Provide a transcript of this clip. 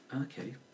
okay